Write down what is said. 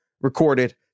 recorded